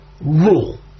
rule